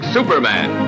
Superman